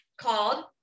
called